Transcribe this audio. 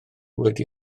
wedi